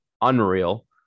unreal